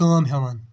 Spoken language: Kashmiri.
کٲم ہیٚوان